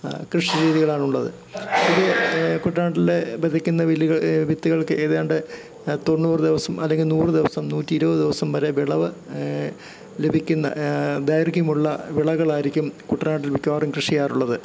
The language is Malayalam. കൃഷി രീതികളാണുള്ളത് അത് കുട്ടനാട്ടിലെ ബെതക്ക്ന്ന വില്ല്കൾ വിത്തുകൾക്ക് ഏതാണ്ട് തൊണ്ണൂറ് ദിവസം അല്ലെങ്കില് നൂറ് ദിവസം നൂറ്റിയിരുപത് ദിവസം വരെ വിളവ് ലഭിക്കുന്ന ദൈർഘ്യമുള്ള വിളകളായിരിക്കും കുട്ടനാട്ടിൽ മിക്കവാറും കൃഷിയ്യാറുള്ളത്